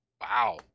Wow